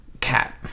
cat